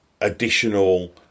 additional